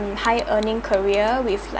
in high earning career with like